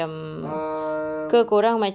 um